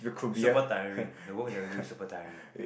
super tiring the work that we do is super tiring